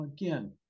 again